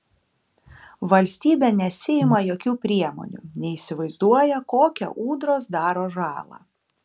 valstybė nesiima jokių priemonių neįsivaizduoja kokią ūdros daro žalą